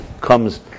comes